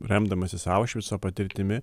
remdamasis aušvico patirtimi